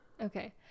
okay